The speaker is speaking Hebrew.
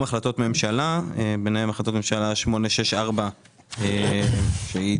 הבקשה התקציבית נועדה לתקצב סך של 49,691 אלפי ₪